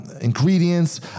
ingredients